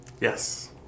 Yes